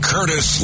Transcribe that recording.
Curtis